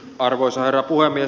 arvoisa herra puhemies